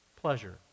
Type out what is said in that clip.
Pleasure